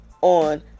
On